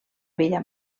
vella